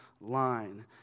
line